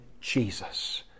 Jesus